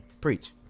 Preach